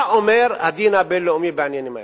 מה אומר הדין הבין-לאומי בעניינים האלה?